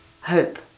hope